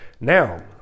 now